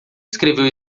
escreveu